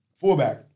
fullback